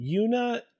Yuna